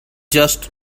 just